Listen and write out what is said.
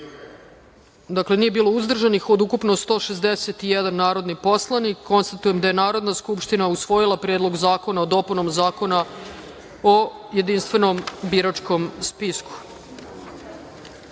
osmoro, nije bilo uzdržanih, od ukupno 161 narodnog poslanika. Konstatujem da je Narodna skupština usvojila Predlog zakona o dopunama Zakona o jedinstvenom biračkom spisku. Pre